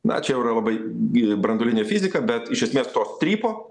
na čia jau yra labai gili branduolinė fizika bet iš esmės to strypo